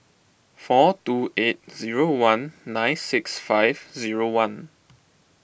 four two eight zero one nine six five zero one